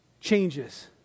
changes